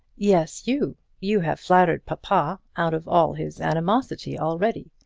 yes, you. you have flattered papa out of all his animosity already.